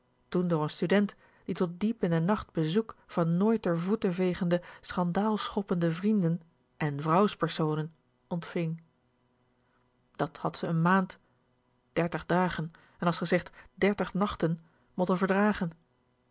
toen door n student die tot diep in den nacht bezoek van nooit d'r voeten vegende schandaal schoppende vrienden en vrouwspersonen ontving dat had ze n maand dertig dagen en as gezegd dertig nachten motten verdragen